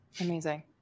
Amazing